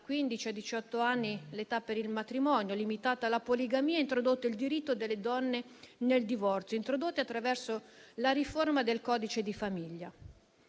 diciotto anni l'età per il matrimonio, fu limitata la poligamia e fu introdotto il diritto delle donne al divorzio, attraverso la riforma del codice di famiglia.